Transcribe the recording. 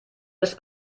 bis